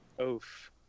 Oof